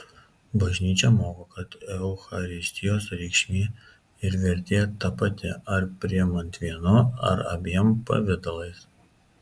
bažnyčia moko kad eucharistijos reikšmė ir vertė ta pati ar priimant vienu ar abiem pavidalais